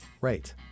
right